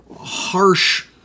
harsh